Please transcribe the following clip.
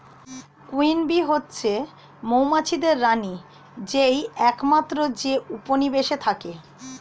queen bee হচ্ছে মৌমাছিদের রানী যেই একমাত্র যে উপনিবেশে থাকে